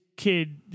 kid